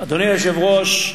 אדוני היושב-ראש,